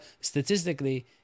statistically